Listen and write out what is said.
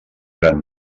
gran